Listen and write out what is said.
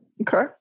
Okay